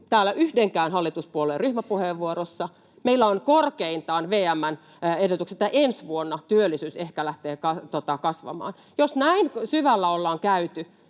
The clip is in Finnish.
täällä yhdenkään hallituspuolueen ryhmäpuheenvuorossa. Meillä on korkeintaan VM:n ennuste, että ensi vuonna työllisyys ehkä lähtee kasvamaan. Jos näin syvällä ollaan käyty